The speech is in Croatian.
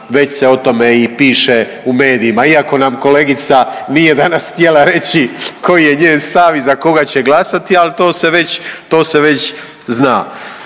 već se o tome i piše u medijima, iako nam kolegica nije danas htjela reći koji je njen stav i za koga će glasati, ali to se već,